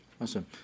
Awesome